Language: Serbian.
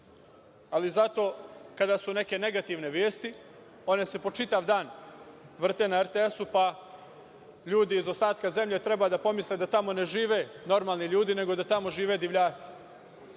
Ali, zato, kada su neke negativne vesti, one se po čitav dan vrte na RTS-u pa ljudi iz ostatka zemlje treba da pomisle da tamo ne žive normalni ljudi, nego da tamo žive divljaci. Sada